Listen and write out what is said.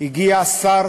הגיע השר